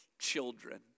children